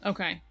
Okay